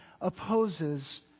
opposes